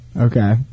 Okay